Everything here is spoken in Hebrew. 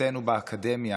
מוחותינו באקדמיה